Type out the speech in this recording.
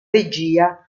regia